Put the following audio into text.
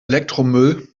elektromüll